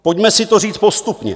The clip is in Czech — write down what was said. Pojďme si to říct postupně.